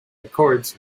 records